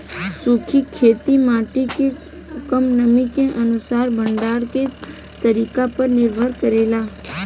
सूखी खेती माटी के कम नमी के अनुसार भंडारण के तरीका पर निर्भर करेला